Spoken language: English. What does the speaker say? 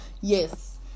yes